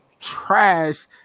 trash